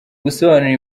gusobanura